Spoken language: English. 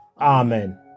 Amen